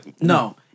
no